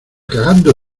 cagando